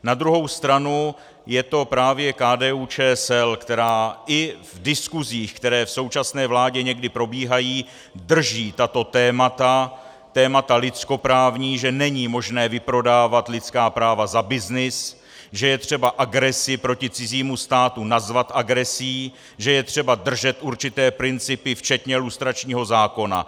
Na druhou stranu je to právě KDUČSL, která i v diskusích, které v současné vládě někdy probíhají, drží tato témata, témata lidskoprávní, že není možné vyprodávat lidská práva za byznys, že je třeba agresi proti cizímu státu nazvat agresí, že je třeba držet určité principy včetně lustračního zákona.